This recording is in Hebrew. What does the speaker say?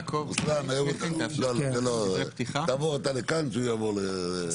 שכל התיקונים האלה יהיו בהוראת שעה למשך כהונתה של הכנסת ה-25.